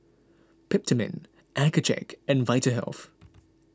Peptamen Accucheck and Vitahealth